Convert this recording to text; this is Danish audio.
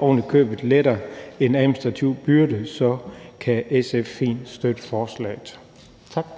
ovenikøbet letter en administrativ byrde, kan SF fint støtte forslaget. Tak.